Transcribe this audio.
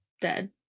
dead